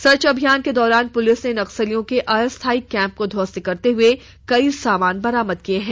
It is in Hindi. सर्च अभियान के दौरान पुलिस ने नक्सलियों के अस्थायी कैम्प को ध्वस्त करते हुए कई समान बरामद किये हैं